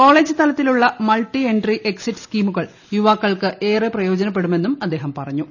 college തലത്തിലുള്ള multiple exit സ്കീമുകൾ യുവാക്കൾക്ക് ഏറെ പ്രയോജനപ്പെടുമെന്നും അദ്ദേഹം പറഞ്ഞു